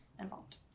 involved